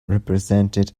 represented